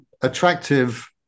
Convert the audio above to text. attractive